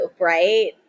right